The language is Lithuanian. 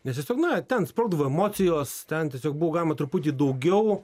nes tiesiog na ten sprogdavo emocijos ten tiesiog buvo galima truputį daugiau